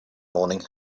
morning